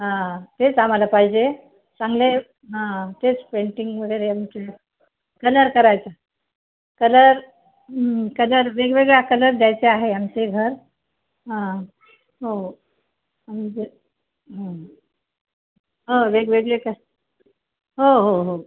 हा तेच आम्हाला पाहिजे चांगले हां तेच पेंटिंग वगैरे आमचे कलर करायचं कलर कलर वेगवेगळ्या कलर द्यायचे आहे आमचे घर हां हो म्हणजे हो वेगवेगळे क हो हो हो